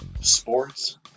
sports